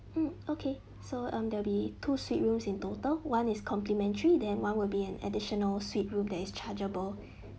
hmm okay so um there'll be two suite rooms in total one is complimentary then one will be an additional suite room that is chargeable